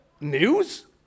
news